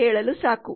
ಹೇಳಲು ಸಾಕು